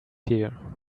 here